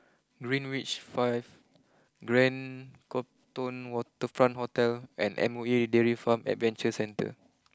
Greenwich five Grand Copthorne Waterfront Hotel and M O E Dairy Farm Adventure Centre